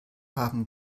haben